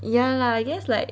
ya lah I guess like